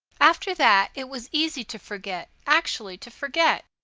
after that it was easy to forget, actually to forget.